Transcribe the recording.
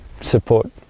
support